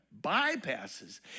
bypasses